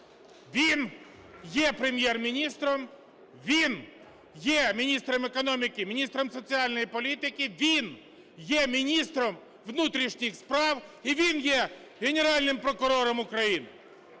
Він є Прем'єр-міністром, він є міністром економіки, міністром соціальної політики, він є міністром внутрішніх справ і він є Генеральним прокурором України.